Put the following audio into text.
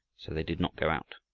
so they did not go out.